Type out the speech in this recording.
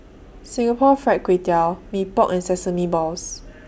Singapore Fried Kway Tiao Mee Pok and Sesame Balls